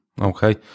Okay